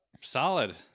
solid